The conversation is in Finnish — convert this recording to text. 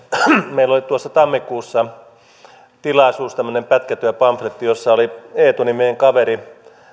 meillä oli tammikuussa tilaisuus tämmöinen pätkätyöpamfletti jossa oli eetu niminen kaveri